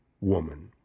woman